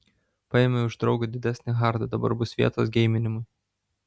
paėmiau iš draugo didesnį hardą dabar bus vietos geiminimui